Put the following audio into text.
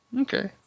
Okay